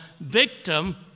victim